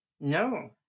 No